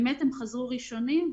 הם חזרו ראשונים.